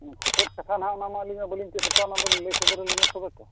ᱪᱮᱫ ᱠᱟᱛᱷᱟ ᱦᱟᱸᱜ ᱚᱱᱟᱢᱟ ᱟᱹᱞᱤᱧ ᱵᱟᱹᱞᱤᱧ ᱪᱮᱫ ᱠᱟᱣᱱᱟ ᱚᱱᱟᱫᱚ ᱞᱟᱹᱭ ᱥᱚᱫᱚᱨ ᱟᱹᱞᱤᱧᱟᱹ ᱛᱚᱵᱮ ᱛᱚ